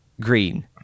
green